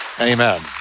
Amen